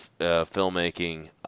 filmmaking